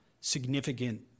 significant